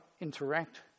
interact